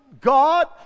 God